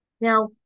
Now